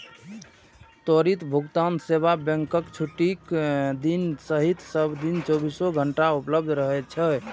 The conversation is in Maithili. त्वरित भुगतान सेवा बैंकक छुट्टीक दिन सहित सब दिन चौबीसो घंटा उपलब्ध रहै छै